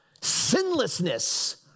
sinlessness